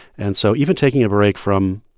and so even taking a break from,